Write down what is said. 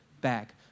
back